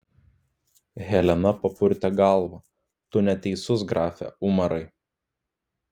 helena papurtė galvą tu neteisus grafe umarai